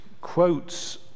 quotes